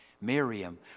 Miriam